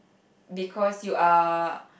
because you are